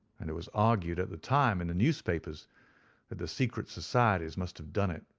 and it was argued at the time in the newspapers that the secret societies must have done it.